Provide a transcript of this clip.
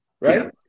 Right